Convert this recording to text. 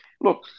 look